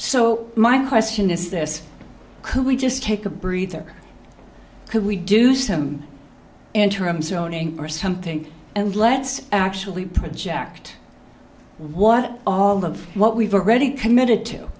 so my question is this could we just take a breather could we do some interim zoning or something and let's actually project what all of what we've already committed to